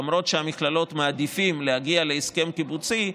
למרות שהמכללות מעדיפות להגיע להסכם קיבוצי,